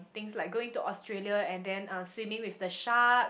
things like going to Australia and then uh swimming with the shark